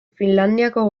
finlandiako